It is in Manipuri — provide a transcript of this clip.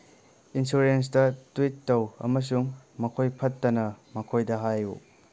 ꯏꯟꯁꯨꯔꯦꯟꯁꯇ ꯇ꯭ꯋꯤꯠ ꯇꯧ ꯑꯃꯁꯨꯡ ꯃꯈꯣꯏ ꯐꯠꯇꯅ ꯃꯈꯣꯏꯗ ꯍꯥꯏꯌꯨ